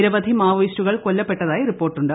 നിരവധി മാവോയിസ്റ്റുകൾ കൊല്ലപ്പെട്ടതായി റിപ്പോർട്ടുണ്ട്